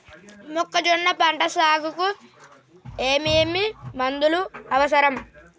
మొక్కజొన్న పంట సాగుకు ఏమేమి మందులు అవసరం?